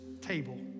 table